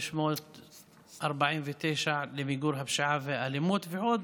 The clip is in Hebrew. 1297, ועוד